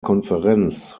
konferenz